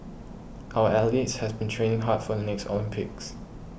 our athletes have been training hard for the next Olympics